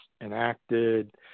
enacted